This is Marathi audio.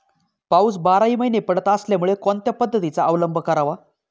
पाऊस बाराही महिने पडत असल्यामुळे कोणत्या पद्धतीचा अवलंब करावा?